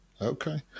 Okay